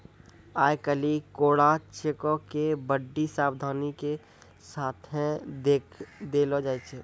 आइ काल्हि कोरा चेको के बड्डी सावधानी के साथे देलो जाय छै